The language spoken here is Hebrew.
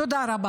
תודה רבה.